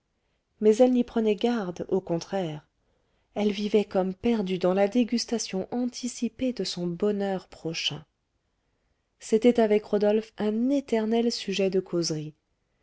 mais elle n'y prenait garde au contraire elle vivait comme perdue dans la dégustation anticipée de son bonheur prochain c'était avec rodolphe un éternel sujet de causeries